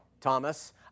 Thomas